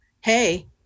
hey